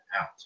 out